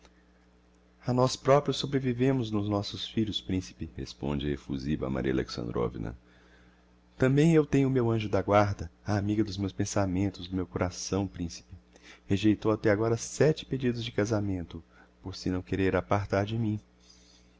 a nós proprios sobrevivemos nos nossos filhos principe responde effusiva maria alexandrovna tambem eu tenho o meu anjo da guarda a amiga dos meus pensamentos do meu coração principe rejeitou até agora sete pedidos de casamento por se não querer apartar de mim